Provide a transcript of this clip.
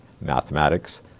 mathematics